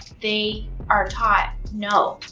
they are taught no.